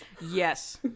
Yes